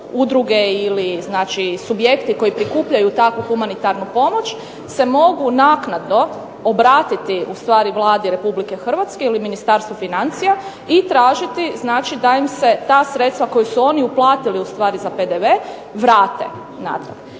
udruge ili subjekti koji prikupljaju takvu humanitarnu pomoć se mogu naknadno obratiti ustvari Vladi Republike Hrvatske ili Ministarstvu financija i tražiti da im se ta sredstva koja su oni uplatili ustvari za PDV vrate natrag.